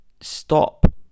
Stop